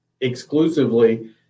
exclusively